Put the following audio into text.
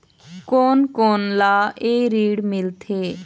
कोन कोन ला ये ऋण मिलथे?